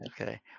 Okay